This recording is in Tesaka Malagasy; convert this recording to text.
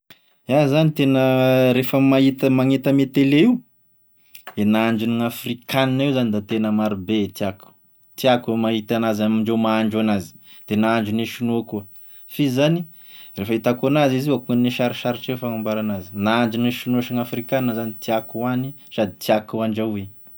Iaho zany tena rehefa mahita, magnety ame tele io, e nahandrogn'afrikana io zany da tena marobe e tiàko, tiàko mahita anazy amindreo mahandro an'azy, de nahandrogne sinoa koa, f'izy zany, raha fahitako an'azy izy io akognanine sarosarotry e fanamboara an'azy, nahandrogne sinoa sy gn'afrikana zany no tiàko ohany sady tiàko hoandrahoy.